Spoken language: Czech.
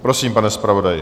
Prosím, pane zpravodaji.